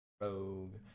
Rogue